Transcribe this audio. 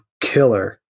killer